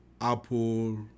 Apple